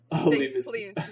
please